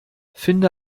finde